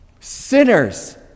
Sinners